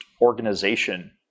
organization